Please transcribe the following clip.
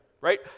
right